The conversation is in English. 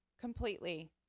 completely